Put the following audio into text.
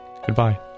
Goodbye